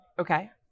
Okay